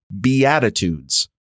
beatitudes